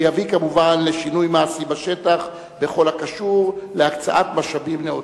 שיביא כמובן לשינוי מעשי בשטח בכל הקשור להקצאת משאבים נאותה.